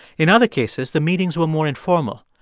in other cases, the meetings were more informal.